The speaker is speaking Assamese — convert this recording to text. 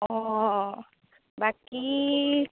অ' বাকী